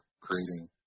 creating